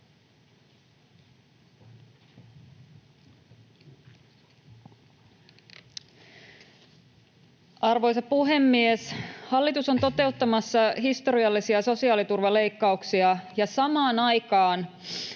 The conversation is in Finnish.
Arvoisa puhemies! Hallitus on toteuttamassa historiallisia sosiaaliturvaleikkauksia, ja samaan aikaan